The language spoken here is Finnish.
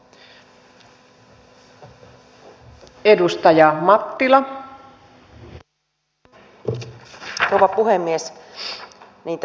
arvoisa rouva puhemies